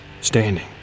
standing